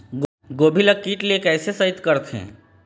गोभी ल कीट ले कैसे सइत करथे?